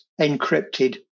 encrypted